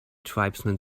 tribesman